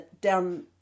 down